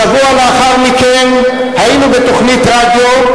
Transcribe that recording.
שבוע לאחר מכן היינו בתוכנית רדיו,